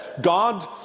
God